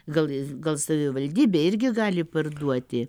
gal ji gal savivaldybė irgi gali parduoti